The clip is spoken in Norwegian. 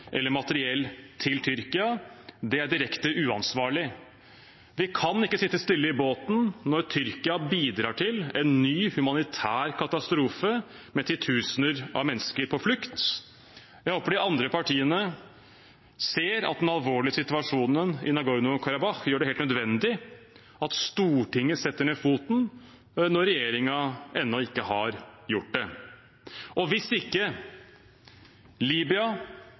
eller materiell til Tyrkia. Det er direkte uansvarlig. Vi kan ikke sitte stille i båten når Tyrkia bidrar til en ny humanitær katastrofe med titusener av mennesker på flukt. Jeg håper de andre partiene ser at den alvorlige situasjonen i Nagorno-Karabakh gjør det helt nødvendig at Stortinget setter ned foten når regjeringen ennå ikke har gjort det. Og hvis ikke Libya,